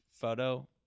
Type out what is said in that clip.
photo